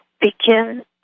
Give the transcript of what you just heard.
begin